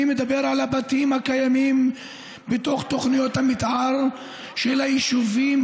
מדבר על הבתים הקיימים בתוך תוכניות המתאר של היישובים,